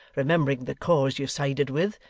remembering the cause you sided with,